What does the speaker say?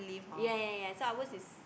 ya ya ya so ours is